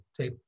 take